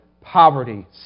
poverty